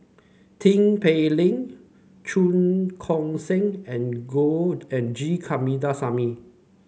Tin Pei Ling Cheong Koon Seng and go and G Kandasamy